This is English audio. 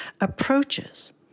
approaches